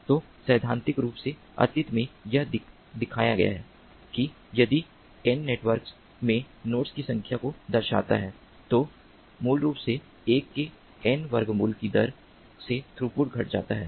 तो सैद्धांतिक रूप से अतीत में यह दिखाया गया है कि यदि n नेटवर्क में नोड्स की संख्या को दर्शाता है तो मूल रूप से एक के n वर्गमूल की दर से थ्रूपुट घट जाता है